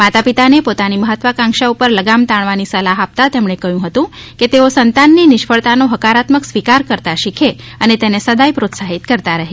માતપિતાને પોતાની મહત્વાકાંક્ષા ઉપર લગામ તાણવાની સલાફ આપતા તેમણે કહ્યું હતું કે તેઓ સંતાન ની નિષ્ફળતાનો હકારાત્મક સ્વીકાર કરતાં શીખે અને તેને સદાય પ્રોત્સાહિત કરતાં રહે